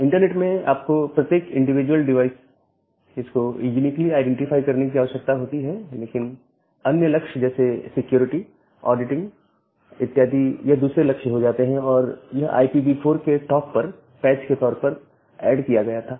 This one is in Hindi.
इंटरनेट में आपको प्रत्येक इंडिविजुअल डिवाइस इस को यूनीकली आईडेंटिफाई करने की आवश्यकता होती है लेकिन अन्य लक्ष्य जैसे सिक्योरिटी ऑडिटिंग इत्यादि यह दूसरे लक्ष्य हो जाते हैं और यह IPv4 के टॉप पर पैच के तौर पर ऐड किया गया था